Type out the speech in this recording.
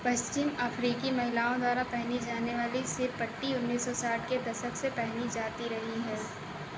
पश्चिम अफ्रीकी महिलाओं द्वारा पहनी जाने वाली सिरपट्टी उन्नीस सौ साठ के दशक से पहनी जाती रही है